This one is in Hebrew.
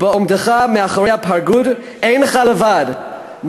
בעומדך מאחורי הפרגוד אינך לבד,